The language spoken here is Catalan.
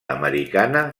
americana